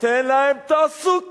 תן להם תעסוקה.